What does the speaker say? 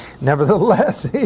nevertheless